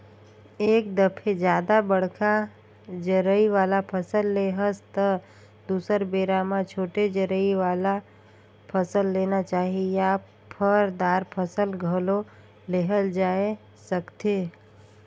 एक दफे जादा बड़का जरई वाला फसल ले हस त दुसर बेरा म छोटे जरई वाला फसल लेना चाही या फर, दार फसल घलो लेहल जाए सकथे